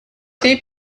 they